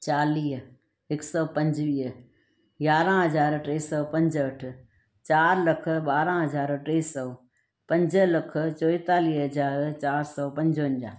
चालीह हिक सौ पंजवीह यारहां हज़ार टे सौ पंजहठि चारि लख ॿारहां हज़ार टे सौ पंज लख चोएतालीह हज़ार चारि सौ पंजवंजाह